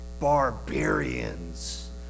Barbarians